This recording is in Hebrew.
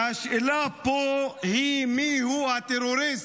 והשאלה פה היא מיהו הטרוריסט.